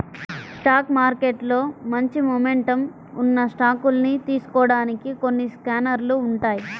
stock మార్కెట్లో మంచి momentum ఉన్న స్టాకుల్ని తెలుసుకోడానికి కొన్ని స్కానర్లు ఉంటాయ్